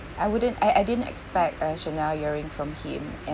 I wouldn't I I didn't expect a Chanel earing from him and